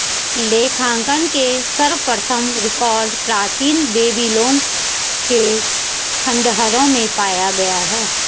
लेखांकन के सर्वप्रथम रिकॉर्ड प्राचीन बेबीलोन के खंडहरों में पाए गए हैं